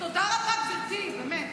תודה רבה, גברתי, באמת.